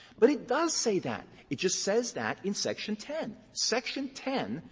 but it does say that. it just says that in section ten. section ten,